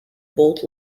boat